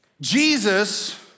Jesus